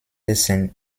essen